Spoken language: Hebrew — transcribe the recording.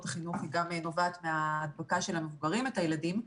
החינוך נובעת גם מהדבקה של המבוגרים את הילדים.